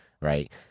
right